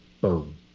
Boom